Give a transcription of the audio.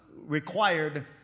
required